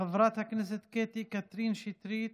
חברת הכנסת קטי קטרין שטרית,